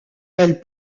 elle